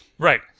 Right